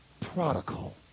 prodigal